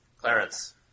Clarence